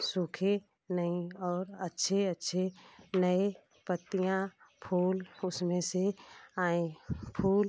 सूखे नहीं और अच्छे अच्छे नए पत्तियाँ फूल उसमें से आएँ फूल